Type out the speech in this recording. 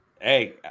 Hey